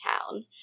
town